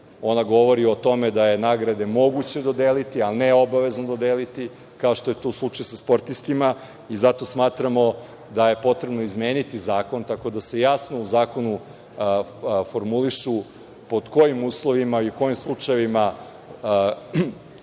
Ona govori o tome da je nagrade moguće dodeliti, a ne obavezno dodeliti, kao što je to slučaj sa sportistima. Zato smatramo da je potrebno izmeniti zakon, tako da se jasno u zakonu formulišu pod kojim uslovima i u kojom slučajevima